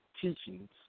teachings